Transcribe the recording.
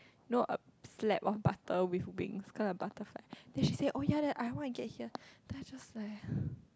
no a slab of butter with wings cause like butterfly then she said oh ya I want to get here I was just like